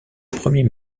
premier